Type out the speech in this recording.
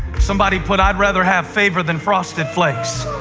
somebody put, i'd rather have favor than frosted flakes.